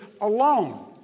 alone